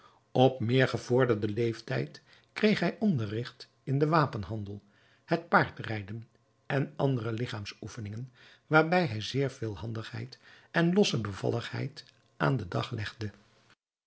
op meer gevorderden leeftijd kreeg hij onderrigt in den wapenhandel het paardrijden en andere ligchaamsoefeningen waarbij hij zeer veel handigheid en losse bevalligheid aan den dag legde